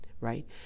right